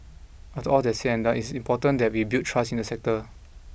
after all that's said and done it's important that we build trust in the sector